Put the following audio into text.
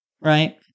right